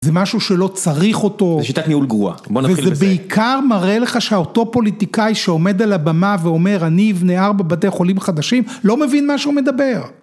זה משהו שלא צריך אותו, - זה שיטת ניהול גרוע, בוא נתחיל בזה - וזה בעיקר מראה לך שאותו פוליטיקאי שעומד על הבמה ואומר אני אבנה ארבע בתי חולים חדשים, לא מבין מה שהוא מדבר.